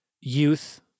youth